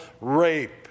rape